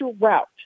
route